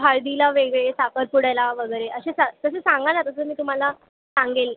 हळदीला वेगळे साखरपुड्याला वगैरे असे स् तसं सांगा ना तसं मी तुम्हाला सांगेन